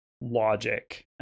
logic